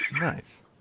Nice